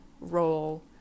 role